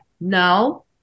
no